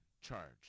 charge